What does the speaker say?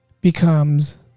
becomes